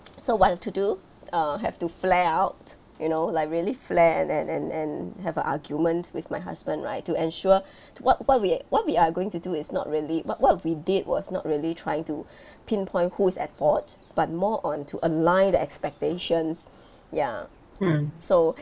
so what to do uh have to flare out you know like really flare and and and and have a argument with my husband right to ensure to what what we what we are going to do is not really what what we did was not really trying to pinpoint who is at fault but more on to align the expectations ya so